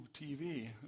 TV